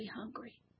hungry